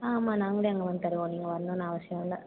ஆமாம் நாங்களே அங்கே வந்து தருவோம் நீங்கள் வரணும்னு அவசியோமில்ல